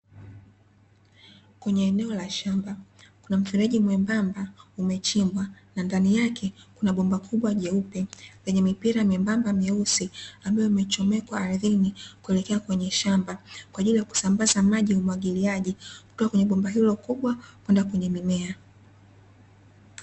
Kwenye eneo la shamba kuna mfereji mwembamba umechimbwa na ndani yake kuna bomba kubwa jeupe lenye mipira myembamba myeusi ambayo imechomekwa ardhini kuelekea kwenye shamba kwa ajili ya kusambaza maji ya umwagiliaji kutoka kwenye bomba hilo kubwa kwenda kwenye mimea.